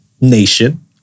nation